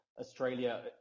Australia